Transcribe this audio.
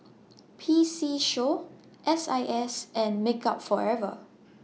P C Show S I S and Makeup Forever